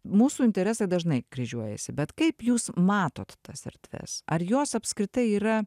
mūsų interesai dažnai kryžiuojasi bet kaip jūs matot tas erdves ar jos apskritai yra